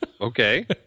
Okay